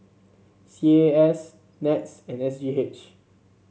C A A S NETS and S G H